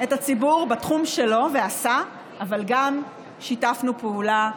את הציבור בתחום שלו, ועשה, אבל גם שיתפנו פעולה,